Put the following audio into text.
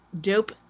dope